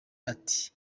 ati